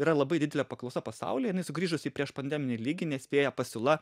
yra labai didelė paklausa pasaulyje jinai sugrįžus į priešpandeminį lygį nespėja pasiūla